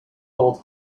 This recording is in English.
called